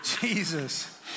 Jesus